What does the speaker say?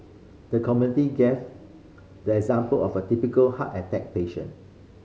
the committee gave the example of a typical heart attack patient